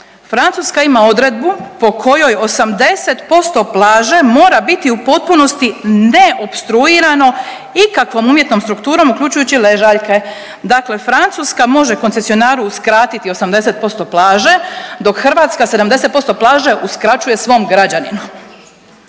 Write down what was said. Francuska ima odredbu po kojoj 80% plaže mora biti u potpunosti ne opstruirano ikakvom umjetnom strukturom uključujući ležaljke. Dakle, Francuska može koncesionaru uskrati 80% plaže, dok Hrvatska 70% plaže uskraćuje svom građaninu.